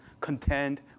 contend